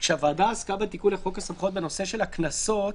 כשהוועדה עסקה בתיקון לחוק הסמכויות בנושא של הקנסות,